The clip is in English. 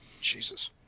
Jesus